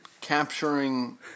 capturing